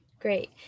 Great